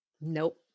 Nope